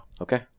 Okay